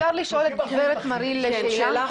אפשר לשאול את גברת מריל שאלה?